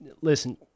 listen